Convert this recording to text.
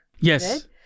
Yes